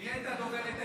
מי הייתה דוברת ההתנתקות?